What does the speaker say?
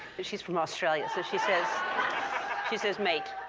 because she's from australia, so she says she says mate.